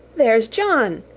there's john!